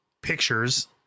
pictures